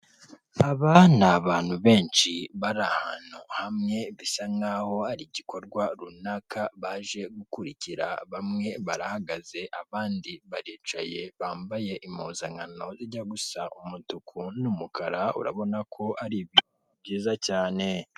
Umuhanda wa kaburimbo urimo umurongo urombereje harimo umugabo ugiye kwambuka n'umumotari uparitse umeze nkaho akuyeho umugenzi n'abamama benshi bahagaze imbere ya kandagira ukarabe, ku nyubako ikikijwe n'igipangu cy'ibyuma iyo nzu yubakishijwe amatafari ahiye n'amategura n'amabati y'ubururu, hafi yayo hari ikigega cyubakishije ibyuma gisa umukara hari n'ibiti birebire.